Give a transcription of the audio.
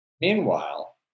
Meanwhile